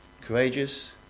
Courageous